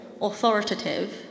authoritative